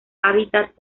hábitat